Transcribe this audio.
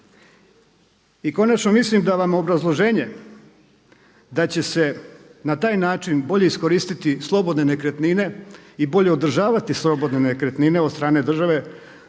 I konačno mislim da vam obrazloženje da će se na taj način bolje iskoristiti slobodne nekretnine i bolje održavati slobodne nekretnine od strane države